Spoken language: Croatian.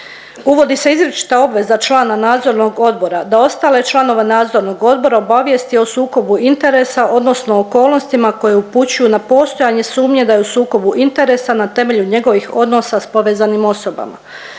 Uvodi se izričita obveza člana nadzornog odbora da ostale članove nadzornog odbora obavijesti o sukobu interesa odnosno o okolnostima koje upućuju na postojanje sumnje da je u sukobu interesa na temelju njegovih odnosa s povezanim osobama.